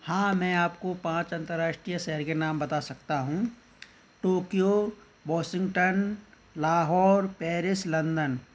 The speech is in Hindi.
हाँ मैं आपको पाँच अंतर्राष्ट्रीय शहरों के नाम बता सकता हूँ Tokyo Washington Lahore Paris London